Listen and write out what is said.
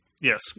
Yes